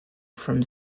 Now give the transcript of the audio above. from